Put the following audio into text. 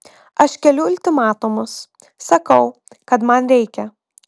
aš keliu ultimatumus sakau kad man reikia